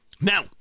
Now